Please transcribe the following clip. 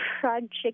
project